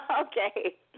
Okay